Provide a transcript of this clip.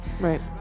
Right